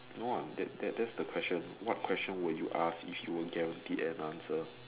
no I'm that that is the question what question would you ask if you were guaranteed an answer